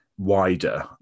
Wider